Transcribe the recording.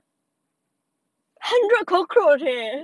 哈你这 cockroach eh